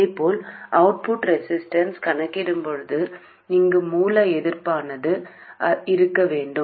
அதேபோல output resistance கணக்கிடும் போது இங்கு மூல எதிர்ப்பானது இருக்க வேண்டும்